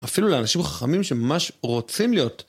אפילו לאנשים חכמים שממש רוצים להיות.